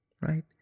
right